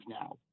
now